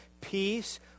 peace